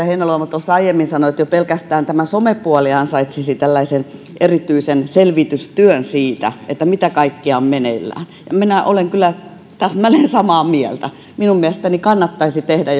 heinäluoma tuossa aiemmin sanoi että jo pelkästään tämä some puoli ansaitsisi erityisen selvitystyön siitä siitä mitä kaikkea on meneillään ja minä olen kyllä täsmälleen samaa mieltä minun mielestäni kannattaisi tehdä